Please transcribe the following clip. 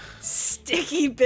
sticky